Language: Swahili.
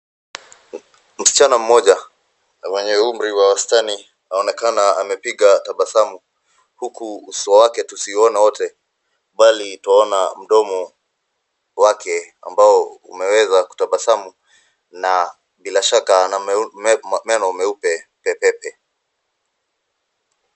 Msichana mmoja wenye umri wa wastani anaonekana amepiga tabasamu, huku uso wake tusiuone wote, bali twaona mdomo wake ambao umeweza kutabasamu na bila shaka ana meno meupe pe pe pe.